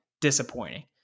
disappointing